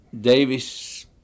Davis